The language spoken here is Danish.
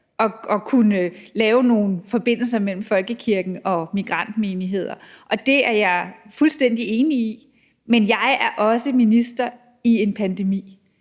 at kunne lave nogle forbindelser mellem folkekirken og migrantmenigheder. Og det er jeg fuldstændig enig i, men jeg er også minister under en pandemi.